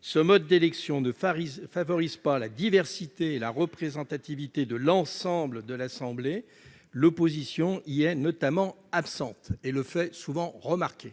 Ce mode d'élection ne favorise pas la diversité et la représentativité de l'ensemble de l'assemblée. L'opposition y est notamment absente et le fait souvent remarquer.